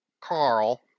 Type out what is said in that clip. Carl